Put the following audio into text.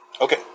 Okay